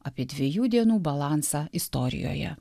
apie dviejų dienų balansą istorijoje